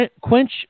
quench